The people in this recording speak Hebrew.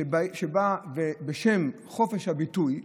שבאה בשם חופש הביטוי,